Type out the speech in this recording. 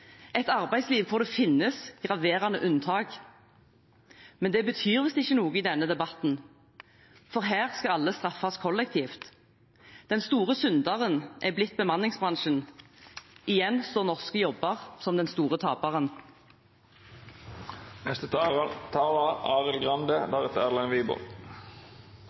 hvor det finnes graverende unntak. Men det betyr visst ikke noe i denne debatten, for her skal alle straffes kollektivt. Den store synderen er blitt bemanningsbransjen. Igjen står norske jobber som den store taperen.